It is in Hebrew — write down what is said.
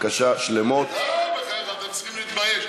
לא, בחייך, אתם צריכים להתבייש.